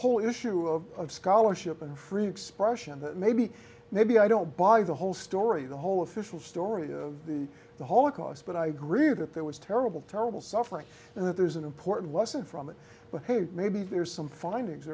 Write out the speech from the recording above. whole issue of scholarship and free expression maybe maybe i don't buy the whole story the whole official story of the holocaust but i agree that there was terrible terrible suffering and that there's an important lesson from it but maybe there's some findings